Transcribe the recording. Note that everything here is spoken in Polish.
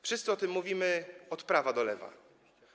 Wszyscy o tym mówimy, od prawa do lewa.